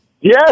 Yes